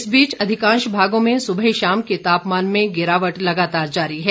इस बीच अधिकांश भागों में सुबह शाम के तापमान में गिरावट लगातार जारी है